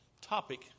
topic